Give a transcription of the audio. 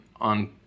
on